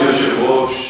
אדוני היושב-ראש,